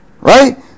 Right